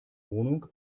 wohnung